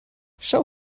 schau